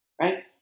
right